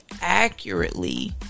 accurately